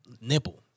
nipple